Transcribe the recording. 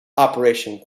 operation